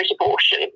abortion